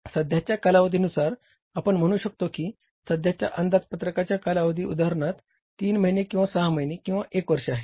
सध्याच्या कालावधीनुसार आपण म्हणू शकतो की सध्याचा अंदाजपत्रकाच्या कालावधी उदाहरणार्थ 3 महिने किंवा 6 महिने किंवा 1 वर्ष आहे